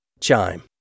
Chime